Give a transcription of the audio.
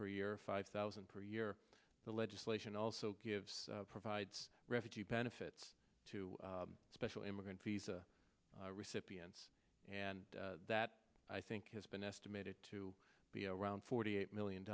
per year five thousand per year the legislation also gives provides refugee benefits to special immigrant visa recipients and that i think has been estimated to be around forty eight million